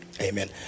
amen